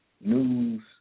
news